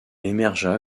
émergea